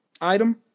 Item